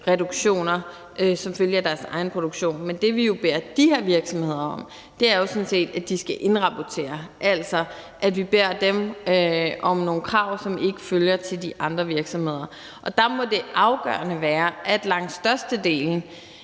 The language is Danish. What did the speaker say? CO2-reduktioner, som kommer af deres egen produktion. Men det, vi beder de her virksomheder om, er jo sådan set, at de skal indrapportere, altså at vi beder dem om at følge nogle krav, som ikke er der til de andre virksomheder, og der må det afgørende være, at langt størstedelen